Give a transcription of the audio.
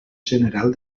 general